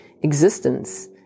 existence